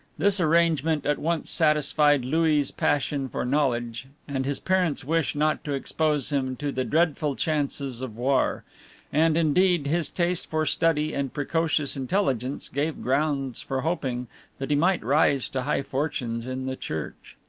this arrangement at once satisfied louis' passion for knowledge, and his parents' wish not to expose him to the dreadful chances of war and, indeed, his taste for study and precocious intelligence gave grounds for hoping that he might rise to high fortunes in the church.